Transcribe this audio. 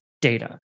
data